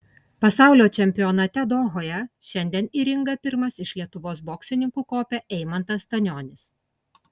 pasaulio čempionate dohoje šiandien į ringą pirmas iš lietuvos boksininkų kopė eimantas stanionis